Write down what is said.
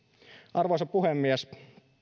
arvoisa puhemies